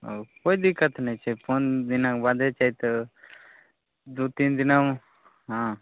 आ कोइ दिक्कत नहि छै पाँच दिनके बादे चाहे तऽ दू तीन दिनामे हॅं